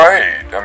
Right